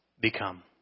become